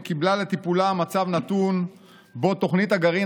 קיבלה לטיפולה מצב נתון שבו תוכנית הגרעין